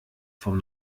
vom